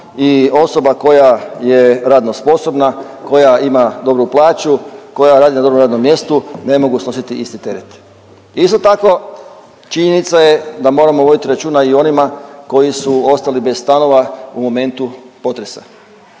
i osoba koja je radno sposobna, koja ima dobru plaću, koja radi na dobrom radnom mjestu ne mogu snositi isti teret. Isto tako činjenica je da moramo voditi računa i o onima koji su ostali bez stanova u momentu potresa.